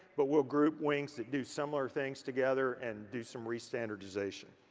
but we'll group wings that do similar things together and do some re-standardization.